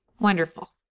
Wonderful